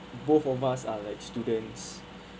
both of us are like students